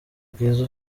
bwiza